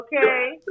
okay